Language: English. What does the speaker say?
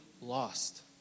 lost